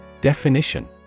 Definition